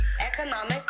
economic